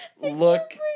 look